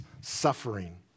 suffering